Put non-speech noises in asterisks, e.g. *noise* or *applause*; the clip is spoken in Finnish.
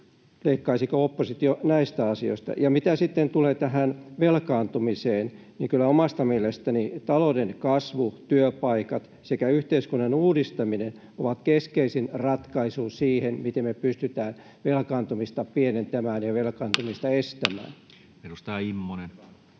leikkaisiko oppositio näistä asioista? Ja mitä sitten tulee tähän velkaantumiseen, niin kyllä omasta mielestäni talouden kasvu, työpaikat sekä yhteiskunnan uudistaminen ovat keskeisin ratkaisu siihen, miten me pystytään velkaantumista pienentämään ja *noise*